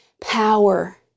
power